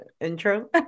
Intro